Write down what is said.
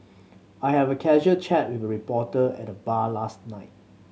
I had a casual chat with a reporter at the bar last night